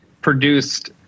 produced